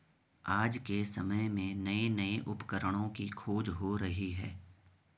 आज के समय में नये नये उपकरणों की खोज हो रही है